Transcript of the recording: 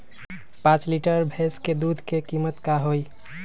पाँच लीटर भेस दूध के कीमत का होई?